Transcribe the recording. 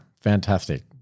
Fantastic